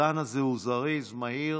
הזן הזה זריז, מהיר,